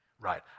right